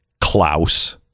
Klaus